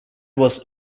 was